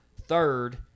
third